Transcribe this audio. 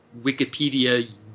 Wikipedia